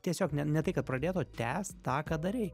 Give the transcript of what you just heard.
tiesiog ne ne tai kad pradėt o tęst tą ką darei